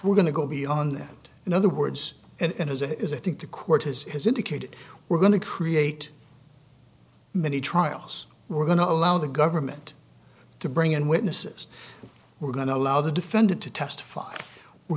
we're going to go beyond that in other words and as it is i think the court has has indicated we're going to create many trials we're going to allow the government to bring in witnesses we're going to allow the defendant to testify we're